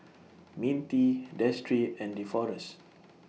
Mintie Destry and Deforest